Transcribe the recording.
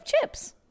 chips